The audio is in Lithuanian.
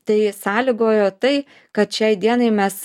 tai sąlygojo tai kad šiai dienai mes